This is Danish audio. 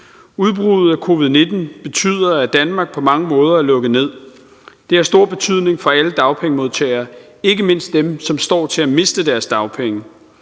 Udbruddet af covid-19 betyder, at Danmark på mange måder er lukket ned. Det har stor betydning for alle dagpengemodtagere, ikke mindst dem, som står til at miste deres dagpenge.